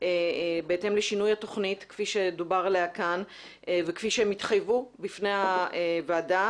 בהתאם לשינוי התוכנית כפי שדובר עליה כאן וכפי שהם התחייבו בפני הוועדה.